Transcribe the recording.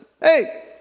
Hey